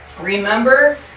remember